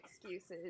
excuses